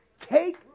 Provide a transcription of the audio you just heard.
take